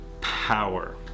Power